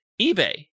eBay